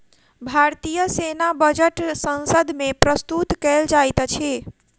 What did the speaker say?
भारतीय सेना बजट संसद मे प्रस्तुत कयल जाइत अछि